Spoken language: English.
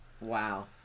Wow